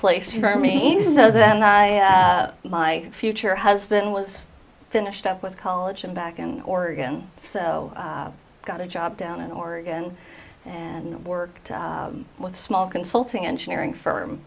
place for me so that my future husband was finished up with college and back in oregon so i got a job down in oregon and worked with small consulting engineering firm